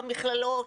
במכללות,